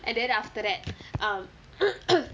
and then after that um